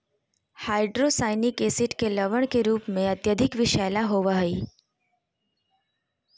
hydrocyanic acid के लवण के रूप में अत्यधिक विषैला होव हई